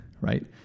right